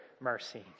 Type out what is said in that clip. mercy